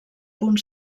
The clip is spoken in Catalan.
punt